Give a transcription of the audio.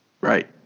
Right